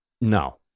No